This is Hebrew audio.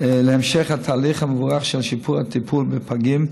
התהליך המבורך של שיפור הטיפול בפגים,